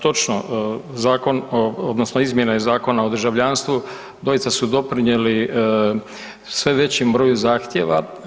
Točno, zakon o, odnosno izmjene Zakona o državljanstvu, doista su doprinijeli sve većem broju zahtjeva.